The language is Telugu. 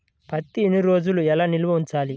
పత్తి ఎన్ని రోజులు ఎలా నిల్వ ఉంచాలి?